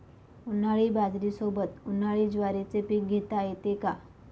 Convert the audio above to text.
उन्हाळी बाजरीसोबत, उन्हाळी ज्वारीचे पीक घेता येते का?